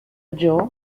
joe